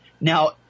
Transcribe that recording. now